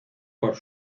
por